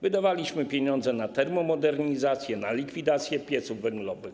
Wydawaliśmy pieniądze na termomodernizację, na likwidację pieców węglowych.